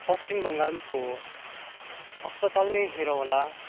पश्चिम बङ्गालको अस्पताल नै हेरौँ होला